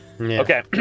Okay